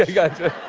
ah gotcha.